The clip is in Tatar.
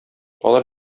алар